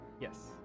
Yes